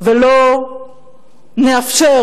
ולא נאפשר,